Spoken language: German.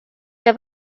wir